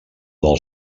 del